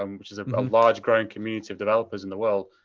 um which is a large growing community of developers in the world,